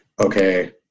okay